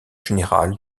général